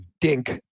dink